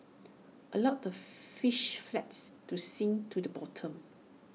allow the fish flakes to sink to the bottom